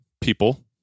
people